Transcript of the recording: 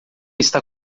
está